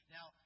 Now